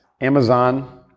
Amazon